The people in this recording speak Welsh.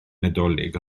nadolig